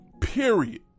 period